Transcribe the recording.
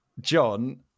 John